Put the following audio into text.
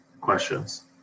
questions